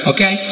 Okay